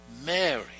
Mary